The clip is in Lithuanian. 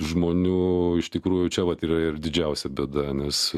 žmonių iš tikrųjų čia vat yra ir didžiausia bėda nes